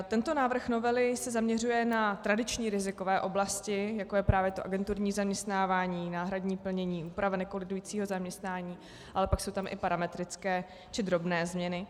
Tento návrh novely se zaměřuje na tradiční rizikové oblasti, jako je právě agenturní zaměstnávání, náhradní plnění, úpravy nekolidujícího zaměstnání, ale pak jsou tam i parametrické či drobné změny.